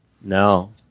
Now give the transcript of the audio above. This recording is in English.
No